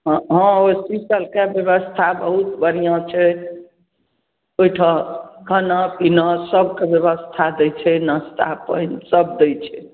हँ ओहि होस्पिटलके ब्यवस्था बहुत बढ़िआँ छै ओहिठाँ खाना पीना सबके ब्यवस्था दै छै नाश्ता पानि सब दै छै